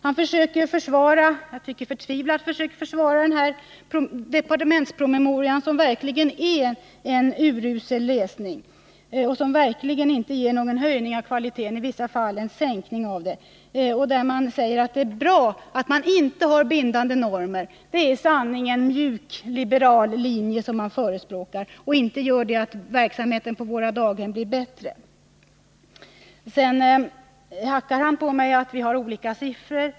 Han försökte förtvivlat försvara departementspromemorian, som sannerligen är en urusel läsning och som verkligen inte anvisar någon väg till höjning av kvaliteten utan i vissa fall innebär en sänkning av den. I promemorian sägs att det är bra att man inte har bindande normer. Det är sannerligen en mjukliberal linje som förespråkas och som inte medför att verksamheten på daghemmen förbättras. Vidare hackar Gabriel Romanus på mig med hänvisning till att vi stöder oss på olika siffror.